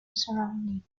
surroundings